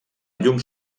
llum